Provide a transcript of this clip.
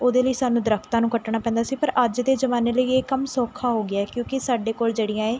ਉਹਦੇ ਲਈ ਸਾਨੂੰ ਦਰਖਤਾਂ ਨੂੰ ਕੱਟਣਾ ਪੈਂਦਾ ਸੀ ਪਰ ਅੱਜ ਦੇ ਜ਼ਮਾਨੇ ਲਈ ਇਹ ਕੰਮ ਸੌਖਾ ਹੋ ਗਿਆ ਹੈ ਕਿਉਂਕਿ ਸਾਡੇ ਕੋਲ ਜਿਹੜੀਆਂ ਹੈ